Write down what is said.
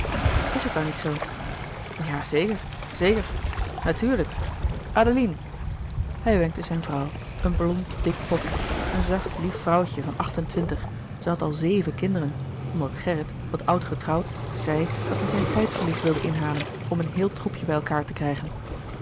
is het dan niet zoo ja zeker zeker natuurlijk adeline hij wenkte zijne vrouw een blond dik poppetje een zacht lief vrouwtje van acht-en-twintig zij had al zeven kinderen omdat gerrit wat oud getrouwd zei dat hij zijn tijdverlies wilde inhalen om een heel troepje bij elkaâr te krijgen